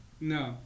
no